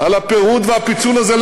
על הפירוד והפיצול הזה.